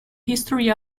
history